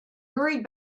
hurried